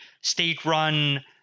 state-run